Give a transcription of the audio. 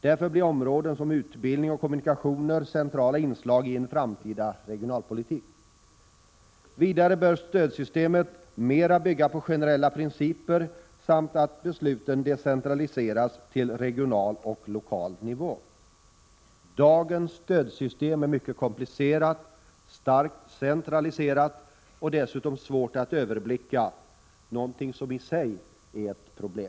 Därför blir områden som utbildning och kommunikationer centrala inslag i en framtida regionalpolitik. Vidare bör stödsystemet mera bygga på generella principer samt på att besluten decentraliseras till regional och lokal nivå. Dagens stödsystem är mycket komplicerat, starkt centraliserat och dessutom svårt att överblicka — något som i sig är ett problem.